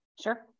Sure